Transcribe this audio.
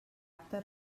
acta